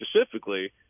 specifically